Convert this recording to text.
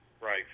Right